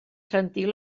sentir